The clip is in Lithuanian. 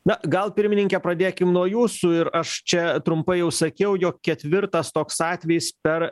na gal pirmininke pradėkim nuo jūsų ir aš čia trumpai jau sakiau jog ketvirtas toks atvejis per